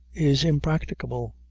is impracticable.